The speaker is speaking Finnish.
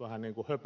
vähän niin kuin höpöhöpöpuhetta